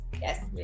Yes